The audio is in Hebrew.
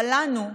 אבל לנו,